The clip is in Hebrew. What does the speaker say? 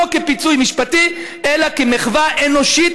לא כפיצוי משפטי אלא כמחווה אנושית